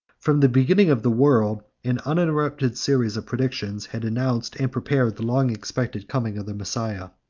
from the beginning of the world, an uninterrupted series of predictions had announced and prepared the long-expected coming of the messiah,